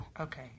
Okay